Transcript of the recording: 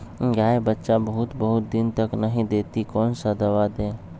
गाय बच्चा बहुत बहुत दिन तक नहीं देती कौन सा दवा दे?